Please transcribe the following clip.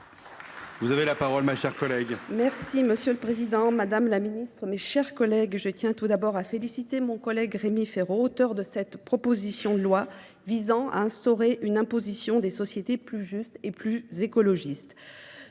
à Mme Florence Blatrix Contat. Monsieur le président, madame la ministre, mes chers collègues, je tiens tout d’abord à féliciter mon collègue Rémi Féraud, auteur de cette proposition de loi visant à instaurer une imposition des sociétés plus juste et plus écologique.